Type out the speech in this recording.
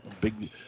Big